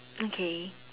okay